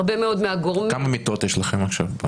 הרבה מאוד מהגורמים --- כמה מיטות יש לכם עכשיו?